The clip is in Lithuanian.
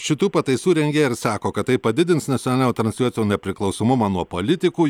šitų pataisų rengėjai ir sako kad tai padidins nacionalinio transliuotojo nepriklausomumą nuo politikų